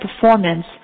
performance